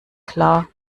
klar